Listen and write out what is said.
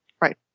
Right